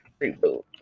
reboot